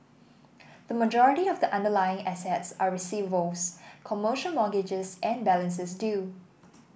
the majority of the underlying assets are receivables commercial mortgages and balances due